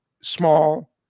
small